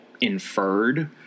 inferred